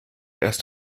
erst